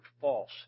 false